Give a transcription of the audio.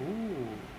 oo